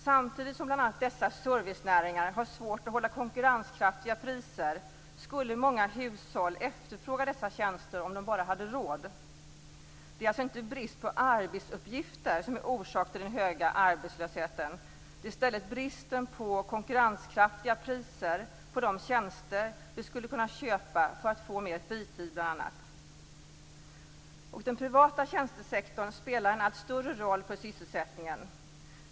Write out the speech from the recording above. Samtidigt som bl.a. dessa servicenäringar har svårt att hålla konkurrenskraftiga priser skulle många hushåll efterfråga dessa tjänster om de bara hade råd. Det är alltså inte brist på arbetsuppgifter som är orsak till den höga arbetslösheten. Det är i stället bristen på konkurrenskraftiga priser på de tjänster vi skulle kunna köpa för att få mer fritid och annat. Den privata tjänstesektorn spelar en allt större roll för sysselsättningen.